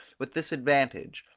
with this advantage,